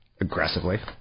aggressively